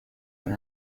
and